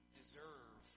deserve